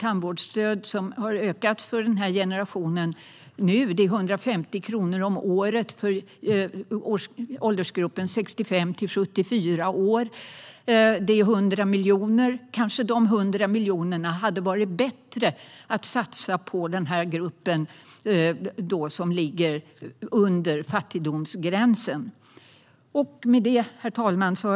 Tandvårdsstödet har ökat för denna generation. Det är 150 kronor om året för åldersgruppen 65-74 år. Det är 100 miljoner. Kanske hade det varit bättre att satsa dessa 100 miljoner på den grupp som ligger under fattigdomsgränsen. Herr talman!